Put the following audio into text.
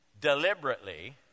deliberately